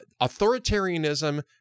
authoritarianism